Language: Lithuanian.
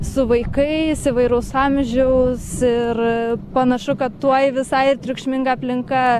su vaikais įvairaus amžiaus ir panašu kad tuoj visai ir triukšminga aplinka